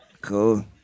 Cool